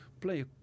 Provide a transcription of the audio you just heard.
play